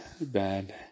bad